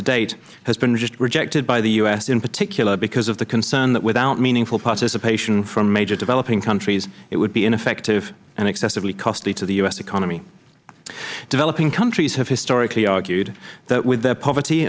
date has been rejected by the u s in particular because of the concern that without meaningful participation from major developing countries it would be ineffective and excessively costly to the u s economy developing countries have historically argued that with their poverty